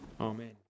Amen